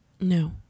No